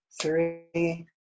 three